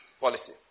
policy